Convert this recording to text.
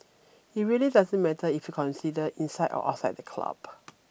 it really doesn't matter if you consider inside or outside the club